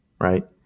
right